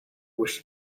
wish